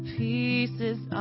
pieces